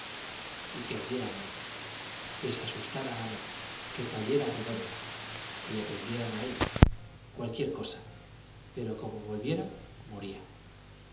y que ardiera el mundo que se asustara ana que cayera redonda que le prendieran a él cualquier cosa pero como volviera moría